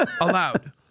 allowed